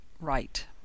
Right